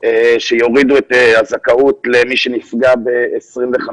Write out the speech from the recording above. שיורידו את הזכאות למי שנפגע ב-25